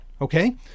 Okay